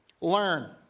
learn